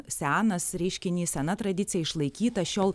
senas reiškinys sena tradicija išlaikyta šiol